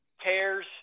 tears